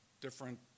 different